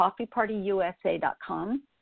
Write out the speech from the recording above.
CoffeePartyUSA.com